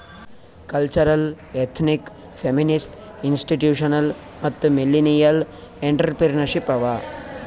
cultural, ethnic, feminist, institutional ಮತ್ತ millennial entrepreneurship ಅವಾ